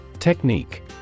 Technique